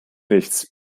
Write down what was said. nichts